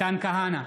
מתן כהנא,